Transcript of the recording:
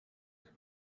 pet